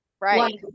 right